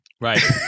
Right